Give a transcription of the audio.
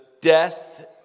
death